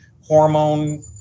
hormone